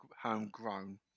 homegrown